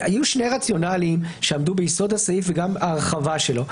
היו שני רציונלים שעמדו ביסוד הסעיף וגם הרחבה שלו.